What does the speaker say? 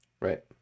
Right